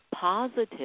positive